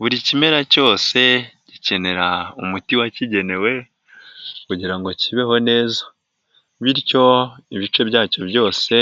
Buri kimera cyose gikenera umuti wakigenewe kugira ngo kibeho neza, bityo ibice byacyo byose